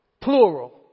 Plural